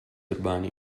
urbani